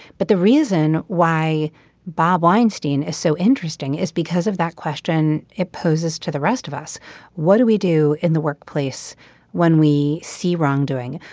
but the reason why bob weinstein is so interesting is because of that question it poses to the rest of us what do we do in the workplace when we see wrongdoing.